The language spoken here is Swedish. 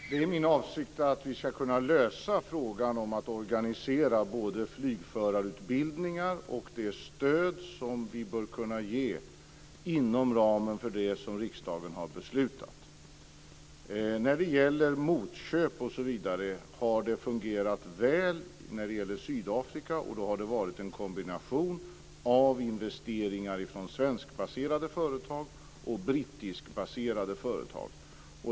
Fru talman! Det är min avsikt att vi ska kunna lösa frågan om att organisera både flygförarutbildningar och det stöd som vi bör kunna ge inom ramen för det som riksdagen har beslutat. När det gäller motköp osv. har det fungerat väl i Sydafrika, och då har det varit en kombination av investeringar från svenskbaserade företag och från brittiskbaserade företag.